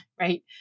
right